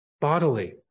bodily